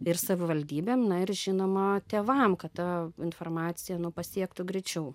ir savivaldybėm na ir žinoma tėvam kad ta informacija nu pasiektų greičiau